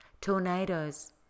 tornadoes